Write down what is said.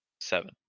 seven